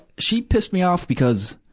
she pissed me off because,